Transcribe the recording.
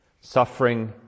Suffering